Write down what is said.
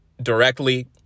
directly